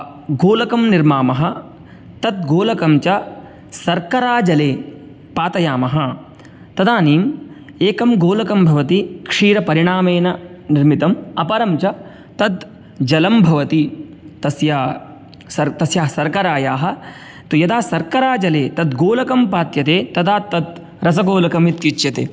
गोलकं निर्मामः तद् गोलकं च शर्कराजले पातयामः तदानीम् एकं गोलकं भवति क्षीरपरिणामेन निर्मितम् अपरं च तद् जलं भवति तस्य सर् तस्याः शर्करायाः तु यदा शर्करा जले तद् गोलकं पात्यते तदा तद् रसागोलकम् इत्युच्यते